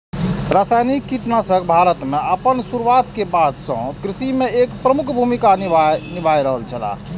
रासायनिक कीटनाशक भारत में आपन शुरुआत के बाद से कृषि में एक प्रमुख भूमिका निभाय रहल छला